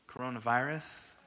coronavirus